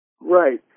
Right